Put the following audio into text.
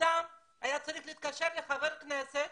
אדם היה צריך להתקשר לחבר כנסת